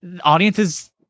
Audiences